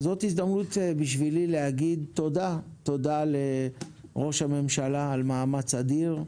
זאת הזדמנות בשבילי להגיד תודה לראש הממשלה על מאמץ אדיר,